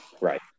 Right